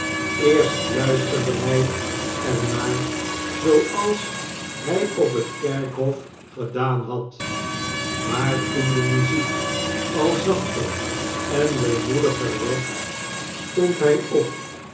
eerst luisterde hij er naar zooals hij op het kerkhof gedaan had maar toen de muziek al zachter en weemoediger werd stond hij op